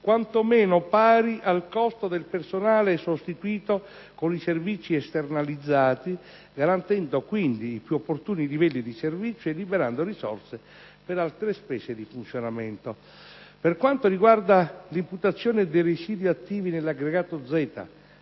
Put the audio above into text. quanto meno pari al costo del personale sostituito con i servizi esternalizzati, garantendo quindi i più opportuni livelli di servizio e liberando risorse per altre spese di funzionamento. Per quanto riguarda l'imputazione dei residui attivi nell'aggregato Z